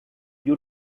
you